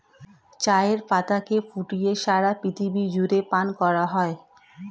চায়ের পাতাকে ফুটিয়ে সারা পৃথিবী জুড়ে পান করা হয়